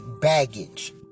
baggage